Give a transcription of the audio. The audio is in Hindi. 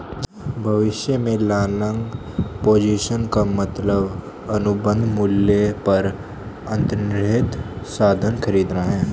भविष्य में लॉन्ग पोजीशन का मतलब अनुबंध मूल्य पर अंतर्निहित साधन खरीदना है